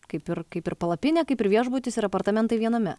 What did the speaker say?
kaip ir kaip ir palapinė kaip ir viešbutis ir apartamentai viename